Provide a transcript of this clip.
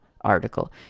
article